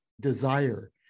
desire